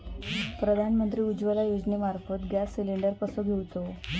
प्रधानमंत्री उज्वला योजनेमार्फत gas cylinder कसो घेऊचो?